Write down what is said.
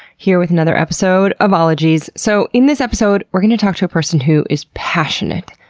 here with another episode of ologies. so, in this episode we're gonna talk to a person who is passionate,